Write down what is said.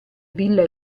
villa